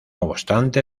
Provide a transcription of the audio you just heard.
obstante